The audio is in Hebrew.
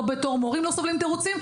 מורים לא סובלים תירוצים,